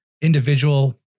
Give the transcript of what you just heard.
individual